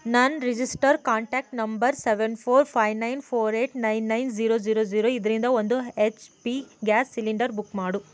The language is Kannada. ನನ್ನ register contact number seven four five nine four eight nine nine zero zero zero ಇದರಿಂದ ಒಂದು H P gas cylinder book ಮಾಡು